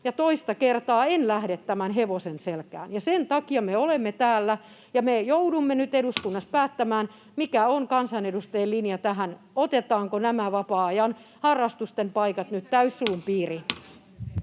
Toista kertaa en lähde tämän hevosen selkään, ja sen takia me olemme täällä ja me joudumme nyt eduskunnassa päättämään, mikä on kansanedustajien linja tässä, otetaanko nämä vapaa-ajan harrastusten paikat nyt [Sari